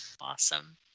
Awesome